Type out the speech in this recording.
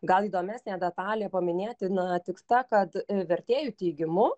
gal įdomesnė detalė paminėtina tik ta kad vertėjų teigimu